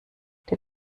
der